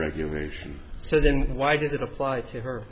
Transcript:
regulation so then why does it apply to her